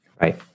Right